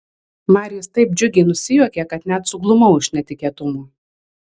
marijus taip džiugiai nusijuokė kad net suglumau iš netikėtumo